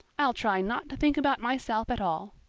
i'll try not to think about myself at all.